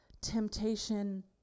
temptation